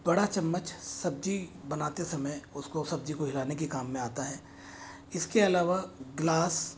बड़ा चम्मच सब्जी बनाते समय उसको सब्जी को हिलाने के काम में आता है इसके अलावा ग्लास